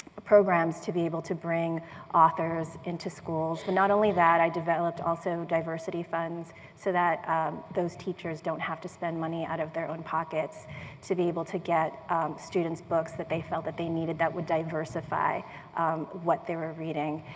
programs to be able to bring authors into schools, but not only that, i developed also diversity funds so that those teachers don't have to spend money out of their own pockets to be able to get students books that they felt that they needed, that would diversify what they were reading.